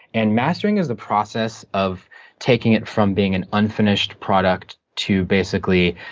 and mastering is a process of taking it from being an unfinished product to, basically,